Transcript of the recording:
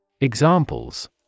Examples